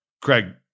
Craig